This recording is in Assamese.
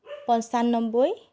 পঁচানব্বৈ